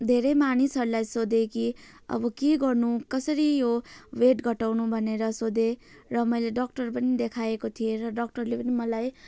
धेरै मानिसहरूलाई सोधेँ कि अब के गर्नु कसरी यो वेट घटाउनु भनेर सोधेँ र मैले डक्टर पनि देखाएको थिएँ र डक्टरले पनि मलाई